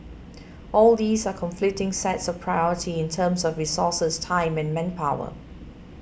all these are conflicting sets of priority in terms of resources time and manpower